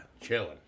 Chilling